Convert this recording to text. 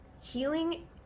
healing